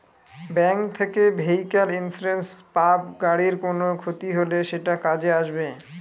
bank থেকে vehicle insurance পাব গাড়ির কোনো ক্ষতি হলে সেটা কাজে আসবে